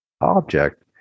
object